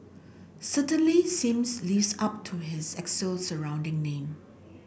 certainly seems lives up to its elixir sounding name